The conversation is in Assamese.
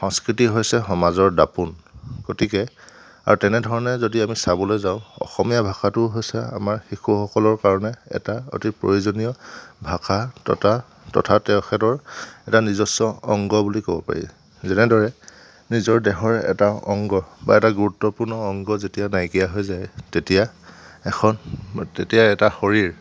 সংস্কৃতি হৈছে সমাজৰ দাপোণ গতিকে আৰু তেনে ধৰণে যদি আমি চাবলৈ যাওঁ অসমীয়া ভাষাটো হৈছে আমাৰ শিশুসকলৰ কাৰণে এটা অতি প্ৰয়োজনীয় ভাষা ততা তথা তেখেতৰ এটা নিজস্ব অংগ বুলি ক'ব পাৰি যেনেদৰে নিজৰ দেহৰ এটা অংগ বা এটা গুৰুত্বপূৰ্ণ অংগ যেতিয়া নাইকিয়া হৈ যায় তেতিয়া এখন তেতিয়া এটা শৰীৰ